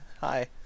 Hi